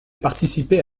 participé